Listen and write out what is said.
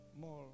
More